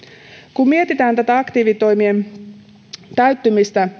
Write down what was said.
kun mietitään tätä aktiivitoimien täyttymistä